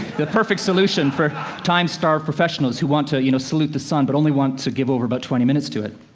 the perfect solution for time-starved professionals who want to, you know, salute the sun, but only want to give over about twenty minutes to it.